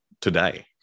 today